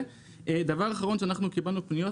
דבר אחרון שלגביו קיבלנו פניות,